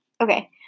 Okay